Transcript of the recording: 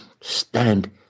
stand